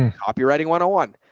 and copywriting one oh one.